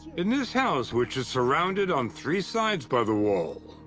in this house, which is surrounded on three sides by the wall.